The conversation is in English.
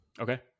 Okay